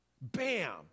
Bam